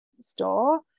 store